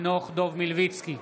בעד יוליה מלינובסקי,